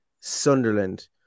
Sunderland